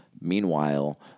Meanwhile